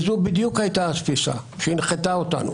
זאת בדיוק הייתה התפיסה שהנחתה אותנו,